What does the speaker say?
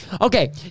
Okay